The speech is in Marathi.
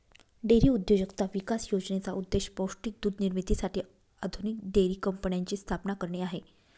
डेअरी उद्योजकता विकास योजनेचा उद्देश पौष्टिक दूध निर्मितीसाठी आधुनिक डेअरी कंपन्यांची स्थापना करणे आहे